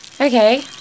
Okay